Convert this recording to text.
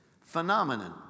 Phenomenon